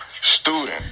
student